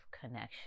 connection